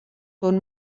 ton